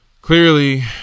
Clearly